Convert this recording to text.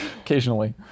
Occasionally